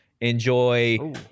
enjoy